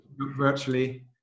Virtually